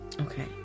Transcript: Okay